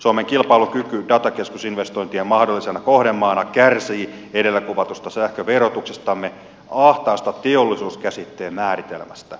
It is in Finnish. suomen kilpailukyky datakeskusinvestointien mahdollisena kohdemaana kärsii edellä kuvatusta sähkön verotuksestamme ahtaasta teollisuuskäsitteen määritelmästä